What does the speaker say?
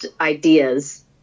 ideas